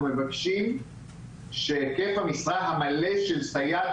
אנחנו מבקשים שכן במשרה המלאה של סייעת